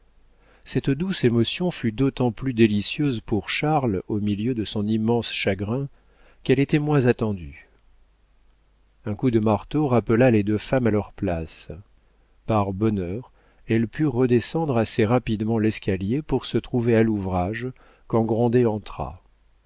cette douce émotion fut d'autant plus délicieuse pour charles au milieu de son immense chagrin qu'elle était moins attendue un coup de marteau rappela les deux femmes à leurs places par bonheur elles purent redescendre assez rapidement l'escalier pour se trouver à l'ouvrage quand grandet entra